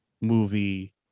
movie